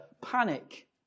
panic